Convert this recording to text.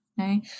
okay